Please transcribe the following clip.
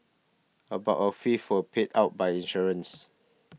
about a fifth was paid out by insurance